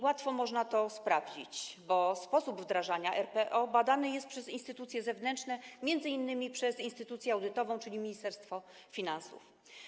Łatwo można to sprawdzić, bo sposób wdrażania RPO badany jest przez instytucje zewnętrzne, m.in. przez instytucję audytową, czyli Ministerstwo Finansów.